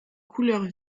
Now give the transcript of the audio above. couleurs